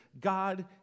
God